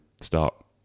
start